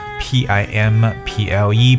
pimple